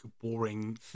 boring